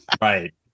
Right